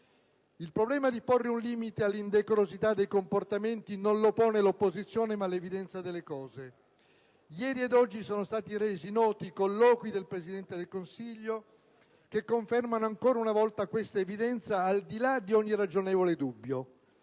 Il problema di porre un limite all'indecorosità dei comportamenti non lo pone l'opposizione, ma l'evidenza delle cose. Ieri ed oggi sono stati resi noti colloqui del Presidente del Consiglio che confermano ancora una volta questa evidenza al di là di ogni ragionevole dubbio.